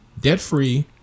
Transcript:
debt-free